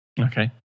Okay